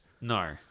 No